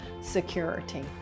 security